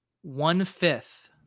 one-fifth